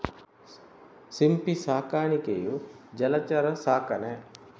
ಸಿಂಪಿ ಸಾಕಾಣಿಕೆಯು ಜಲಚರ ಸಾಕಣೆ